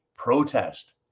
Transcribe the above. protest